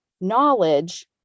knowledge